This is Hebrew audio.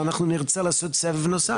אבל אנחנו נרצה לעשות סבב נוסף.